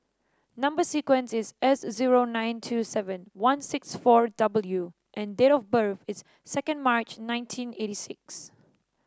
number sequence is S zero nine two seven one six four W and date of birth is second March nineteen eighty six